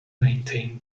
maintained